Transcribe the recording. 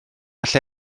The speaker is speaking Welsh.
lle